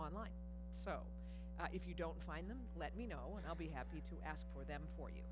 online so if you don't find them let me know and i'll be happy to ask for them for you